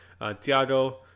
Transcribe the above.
Thiago